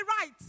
right